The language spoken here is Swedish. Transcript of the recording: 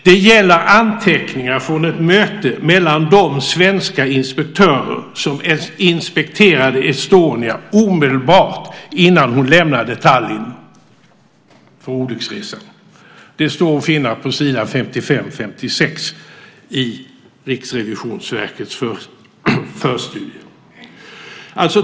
Det gäller anteckningar från ett möte mellan de svenska inspektörer som inspekterade Estonia omedelbart innan hon lämnade Tallinn för olycksresan. Det står att finna på s. 55 och 56 i Riksrevisionens förstudie.